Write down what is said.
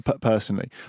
personally